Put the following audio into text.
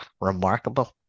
remarkable